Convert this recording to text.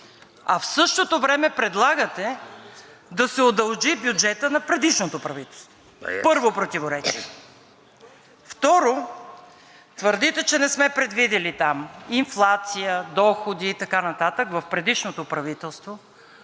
а в същото време предлагате да се удължи бюджетът на предишното правителство. Първо противоречие. Второ, твърдите, че не сме предвидили там инфлация, доходи и така нататък – в предишното правителство.